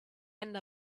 end